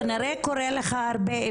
זה כנראה קורה לך הרבה,